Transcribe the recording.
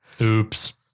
oops